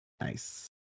nice